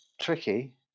Tricky